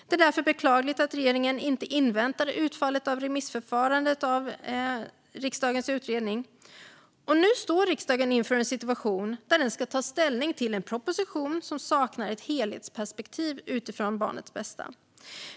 Det är därför beklagligt att regeringen inte inväntade utfallet av remissförfarandet av riksdagens utredning. Nu står riksdagen inför en situation där den ska ta ställning till en proposition som saknar ett helhetsperspektiv utifrån barnets bästa.